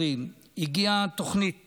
הגיעה תוכנית